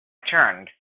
turned